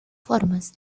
formas